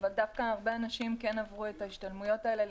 אבל דווקא הרבה אנשים כן עברו את ההשתלמויות האלה.